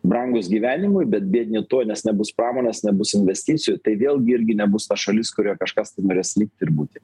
brangūs gyvenimui bet biedni tuo nes nebus pramonės nebus investicijų tai vėlgi irgi nebus ta šalis kurio kažkas tai norės likti ir būti